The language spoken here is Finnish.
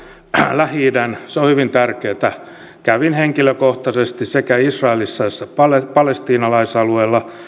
lähi idän se on hyvin tärkeätä kävin henkilökohtaisesti sekä israelissa että palestiinalaisalueella